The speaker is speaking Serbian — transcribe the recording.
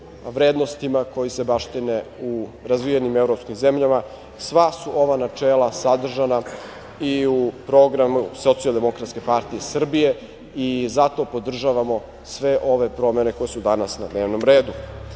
vrednostima koje se baštine u razvijenim evropskim zemljama, sva su ova načela sadržana i u programu Socijaldemokratske partije Srbije i zato podržavamo sve ove promene koje su danas na dnevnom redu. Nije